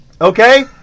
Okay